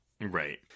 Right